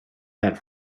that